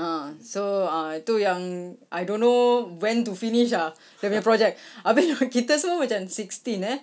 ah so ah itu yang I don't know when to finish ah dia punya project habis dia orang kita so macam sixteen eh